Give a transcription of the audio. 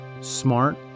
Smart